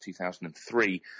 2003